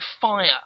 fire